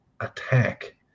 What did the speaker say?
attack